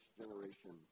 generation